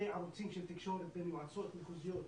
ערוצים של תקשורת במועצות מחוזיות,